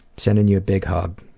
sending you a big hug.